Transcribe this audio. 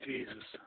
Jesus